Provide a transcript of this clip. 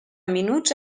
minuts